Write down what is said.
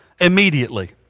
immediately